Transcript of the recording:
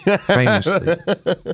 Famously